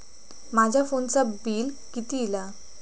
माझ्या फोनचा बिल किती इला?